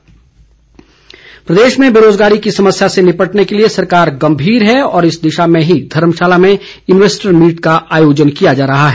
विक्रम ठाकुर प्रदेश में बेरोजगारी की समस्या से निपटने के लिए सरकार गम्भीर है और इस दिशा में ही धर्मशाला में इनवेस्टर मीट का आयोजन किया जा रहा है